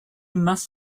must